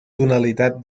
tonalitat